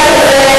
לפי דעתך,